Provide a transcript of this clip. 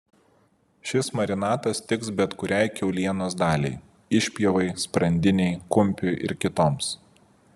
šis marinatas tiks bet kuriai kiaulienos daliai išpjovai sprandinei kumpiui ir kitoms